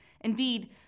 Indeed